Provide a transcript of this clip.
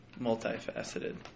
multifaceted